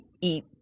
eat